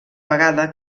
vegada